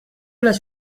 les